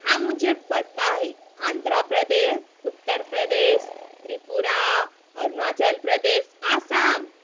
हाँ मुझे पता हे आन्ध्र प्रदेश उत्तर प्रदेश त्रिपुरा अरुणाचल प्रदेश असम